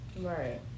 right